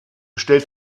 stellt